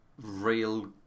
real